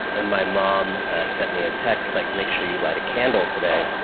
and my mom sent me a text, like, make sure you light a candle today.